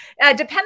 depending